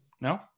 No